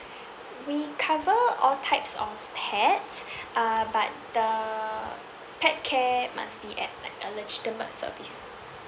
we cover all types of pets uh but the pet care must at like a legitimate service